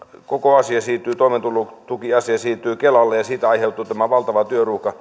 koko toimeentulotukiasia siirtyi kelalle ja siitä aiheutui tämä valtava työruuhka